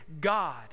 god